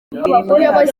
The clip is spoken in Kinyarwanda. ubuyobozi